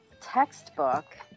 textbook